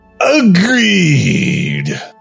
Agreed